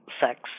sex